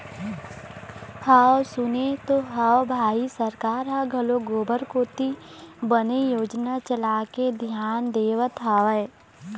हव सुने तो हव भई सरकार ह घलोक गोबर कोती बने योजना चलाके धियान देवत हवय